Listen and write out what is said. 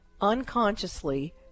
unconsciously